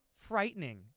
frightening